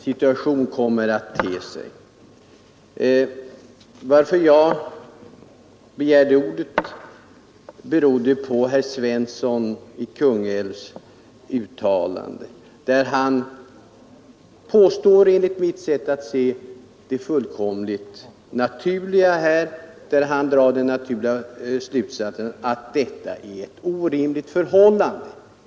Anledningen till att jag begärde ordet var emellertid herr Svenssons i Kungälv inlägg. Enligt mitt sätt att se drog herr Svensson den helt naturliga slutsatsen att vi här har ett orimligt förhållande.